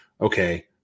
okay